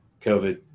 covid